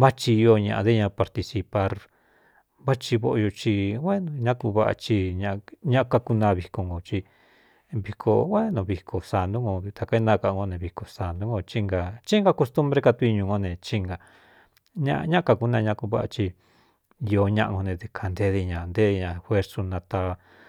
vá thi ío ñaꞌa dé ña participar váthi voꞌoi u é ñaku vaꞌa ci ñakakuna viko nkō í viko ō énu viko santú no taka énakaꞌan nko ne viko santú ngo í na thí énka kustunbre katúiñū ngo ne cí nga ñꞌa ñakakuna ñaku váꞌa chi īō ñaꞌa ko ne dɨkante de ñā nté ña juersú natava.